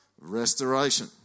restoration